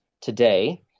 today